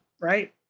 right